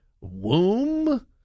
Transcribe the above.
womb